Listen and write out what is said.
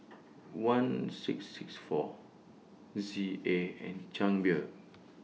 one six six four Z A and Chang Beer